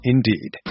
Indeed